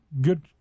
good